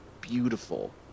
beautiful